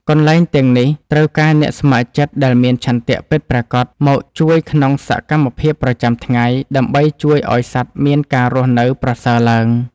កន្លែងទាំងនេះត្រូវការអ្នកស្ម័គ្រចិត្តដែលមានឆន្ទៈពិតប្រាកដមកជួយក្នុងសកម្មភាពប្រចាំថ្ងៃ ដើម្បីជួយឱ្យសត្វមានការរស់នៅប្រសើរឡើង។